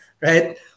right